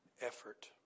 effort